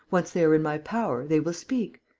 once they are in my power, they will speak?